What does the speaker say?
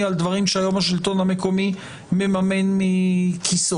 על דברים שהיום השלטון המקומי מממן מכיסו?